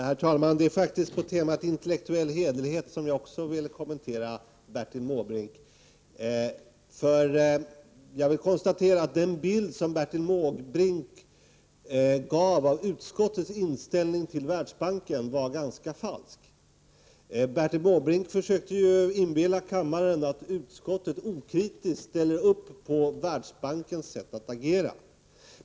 Herr talman! Det är faktiskt på temat intellektuell hederlighet som jag också vill kommentera Bertil Måbrinks anförande. Jag konstaterar att den bild som Bertil Måbrink gav av utskottets inställning till Världsbanken var ganska falsk. Bertil Måbrink försökte ju inbilla kammaren att utskottet okritiskt ställer upp på Världsbankens sätt att agera.